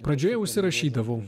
pradžioje užsirašydavau